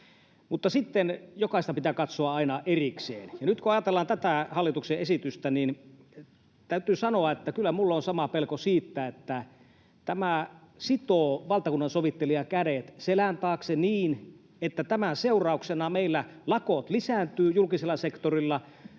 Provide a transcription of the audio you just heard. mutta sitten jokaista pitää katsoa aina erikseen. Ja nyt kun ajatellaan tätä hallituksen esitystä, niin täytyy sanoa, että kyllä minulla on sama pelko siitä, että tämä sitoo valtakunnansovittelijan kädet selän taakse niin, että tämän seurauksena meillä lakot lisääntyvät julkisella sektorilla